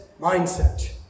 mindset